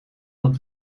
dat